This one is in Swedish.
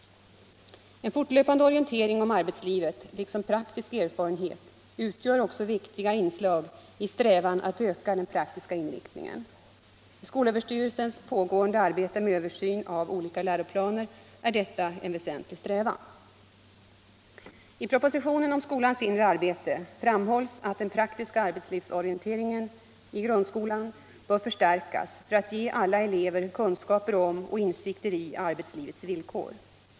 En fortlöpande orientering om arbetslivet liksom praktisk erfarenhet utgör också viktiga inslag i strävan att öka den praktiska inriktningen. I skolöverstyrelsens pågående arbete med översyn av olika läroplaner är detta en väsentlig strävan. I propositionen om skolans inre arbete framhålls att den praktiska arbetslivsorienteringen i grundskolan bör förstärkas för att ge alla elever kunskaper om och insikter i arbetslivets villkor.